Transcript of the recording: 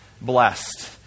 Blessed